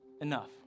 enough